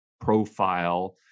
profile